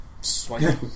Swipe